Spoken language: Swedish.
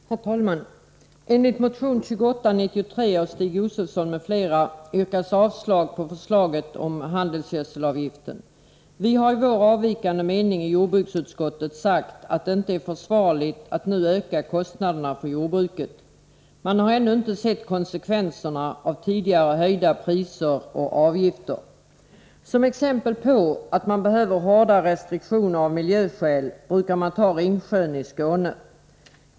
Herr talman! I motion 2893 av Stig Josefson m.fl. yrkas avslag på förslaget om handelsgödselavgift. Vi har i vårt särskilda yttrande i jordbruksutskottet sagt att det inte är försvarligt att nu öka kostnaderna för jordbruket. Man har ännu inte sett konsekvenserna av tidigare höjda priser och avgifter. Såsom exempel på att det av miljöskäl behövs hårda restriktioner brukar man ta Ringsjön i Skåne.